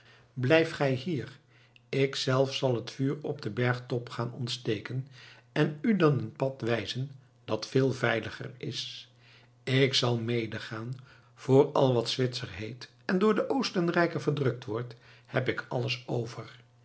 blijf gij hier ik zelf zal het vuur op den bergtop gaan ontsteken en u dan een pad wijzen dat veel veiliger is ik zal medegaan voor al wat zwitser heet en door den oostenrijker verdrukt wordt heb ik alles over